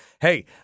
Hey